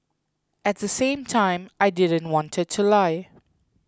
at the same time I didn't wanted to lie